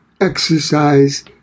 exercise